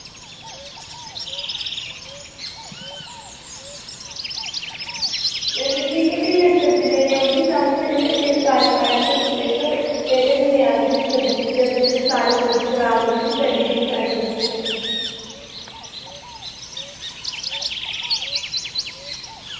ठीक ऐ भी ते में सब्जी लैने गी औगी शामीं बेल्लै ते ताज़ी ताज़ी सब्ज़ी रक्खेओ पैह्लें बी में आह्नी दी सब्ज़ी पिछले हफ्ते ते सारी सब्जी खराब निकली सड़ी दी ही सारी सब्जी